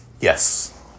Yes